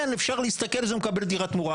כן אפשר להסתכל שהוא מקבל דירת תמורה.